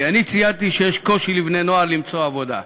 כי אני ציינתי שיש קושי לבני-נוער למצוא עבודה,